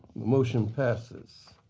motion passes.